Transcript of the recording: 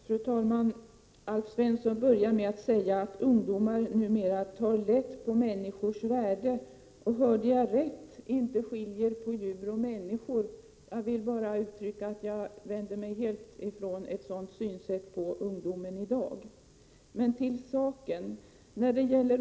Fru talman! Alf Svensson började med att säga att ungdomar numera tar lätt på människors värde och — om jag hörde rätt — inte skiljer på djur och människor. Jag vänder mig helt emot detta synsätt på ungdomen av i dag. Till saken.